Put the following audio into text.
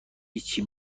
هیچی